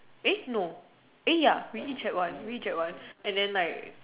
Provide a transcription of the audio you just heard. eh no eh ya we each had one we each had one and then like